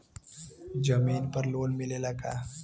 जमीन पर लोन मिलेला का?